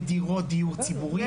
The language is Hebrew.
בדירות דיור ציבורי.